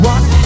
One